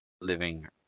living